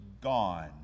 gone